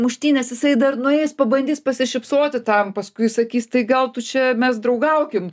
muštynes jisai dar nueis pabandys pasišypsoti tam paskui sakys tai gal tu čia mes draugaukim